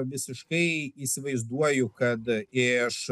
visiškai įsivaizduoju kad iš